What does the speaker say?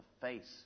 face